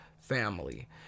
family